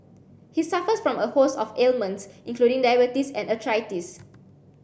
he suffers from a host of ailments including diabetes and arthritis